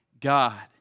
God